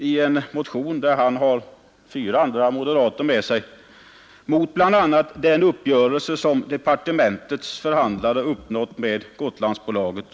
Herr Schött och fyra andra moderater argumenterar i en motion bl.a. mot den uppgörelse som departementets förhandlare uppnått med Gotlandsbolaget.